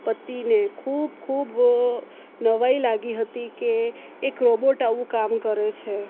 પતિને ખૂબ ખૂબ નવાઈ લાગી હતી કે એક રોબોટ આવું કામ કરે છે